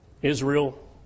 Israel